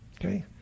Okay